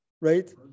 right